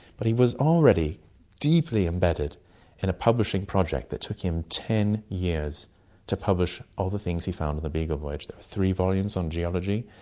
but he was already deeply embedded in a publishing project that took him ten years to publish all the things he found in the beagle voyage. there were three volumes on geology,